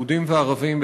יהודים וערבים,